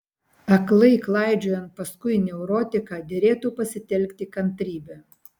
aklai klaidžiojant paskui neurotiką derėtų pasitelkti kantrybę